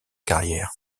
carrière